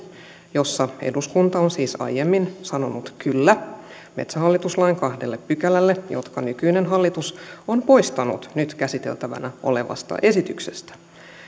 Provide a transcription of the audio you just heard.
jossa eduskunta on siis aiemmin sanonut kyllä metsähallitus lain kahdelle pykälälle jotka nykyinen hallitus on poistanut nyt käsiteltävänä olevasta esityksestä